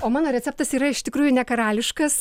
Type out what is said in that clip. o mano receptas yra iš tikrųjų nekarališkas